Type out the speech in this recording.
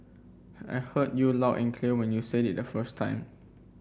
I heard you loud and clear when you said it the first time